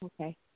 Okay